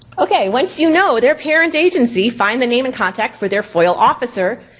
okay once you know their parent agency, find the name and contact for their foil officer.